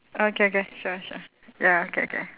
okay K sure sure ya K K